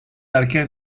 erken